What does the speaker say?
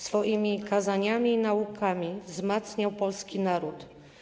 Swoimi kazaniami i naukami wzmacniał polski naród.